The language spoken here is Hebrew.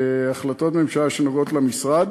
החלטות ממשלה שנוגעות למשרד,